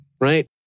right